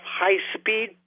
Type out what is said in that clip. high-speed